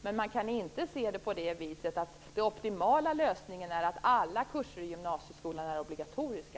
Men man kan inte se det så att den optimala lösningen är att alla kurser i gymnasieskolan är obligatoriska.